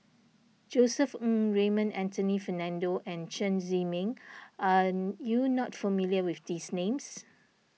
Josef Ng Raymond Anthony Fernando and Chen Zhiming are you not familiar with these names